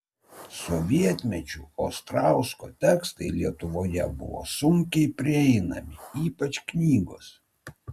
sovietmečiu ostrausko tekstai lietuvoje buvo sunkiai prieinami ypač knygos